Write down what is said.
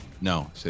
No